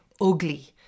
ugly